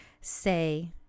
say